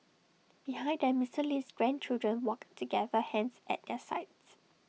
behind them Mister Lee's grandchildren walked together hands at their sides